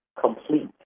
complete